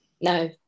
No